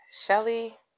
Shelly